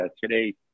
today